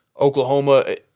Oklahoma